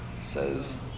says